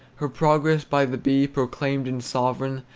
her progress by the bee proclaimed in sovereign,